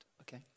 Okay